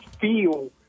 feel